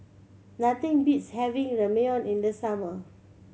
nothing beats having Ramyeon in the summer